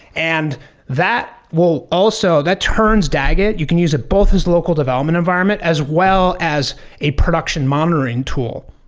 and that will also that turns dagit you can use it both as local development environment, as well as a production monitoring tool.